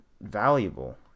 valuable